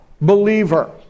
believer